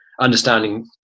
understanding